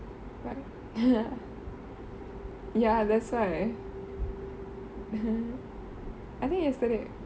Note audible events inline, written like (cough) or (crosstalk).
(laughs) ya that's why (laughs) I think yesterday